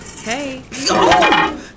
Hey